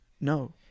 No